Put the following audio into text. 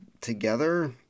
together